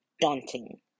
daunting